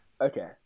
Okay